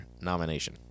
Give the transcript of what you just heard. nomination